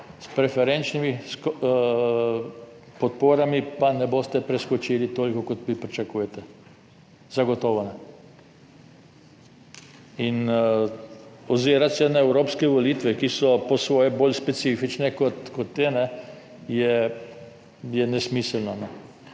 s preferenčnimi podporami pa ne boste preskočili toliko, kot vi pričakujete, zagotovo ne. In ozirati se na evropske volitve, ki so po svoje bolj specifične, kot je, je nesmiselno.